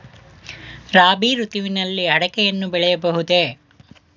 ರಾಬಿ ಋತುವಿನಲ್ಲಿ ಅಡಿಕೆಯನ್ನು ಬೆಳೆಯಬಹುದೇ?